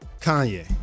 Kanye